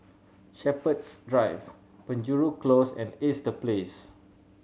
Shepherds Drive Penjuru Close and Ace The Place